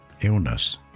illness